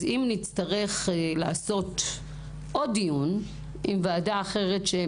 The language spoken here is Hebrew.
אז אם נצטרך לעשות עוד דיון עם ועדת הכלכלה שהיא